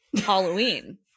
Halloween